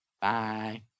Bye